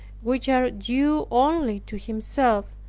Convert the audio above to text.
which are due only to himself,